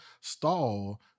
stall